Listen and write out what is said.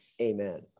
Amen